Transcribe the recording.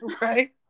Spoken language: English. Right